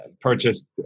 purchased